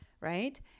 right